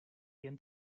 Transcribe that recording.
jen